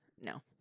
no